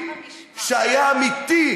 שהיה אמיתי,